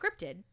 scripted